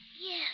Yes